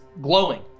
glowing